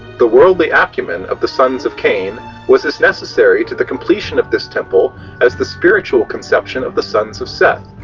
the worldly acumen of the sons of cain was as necessary to the completion of this temple as the spiritual conception of the sons of seth,